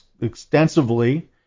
extensively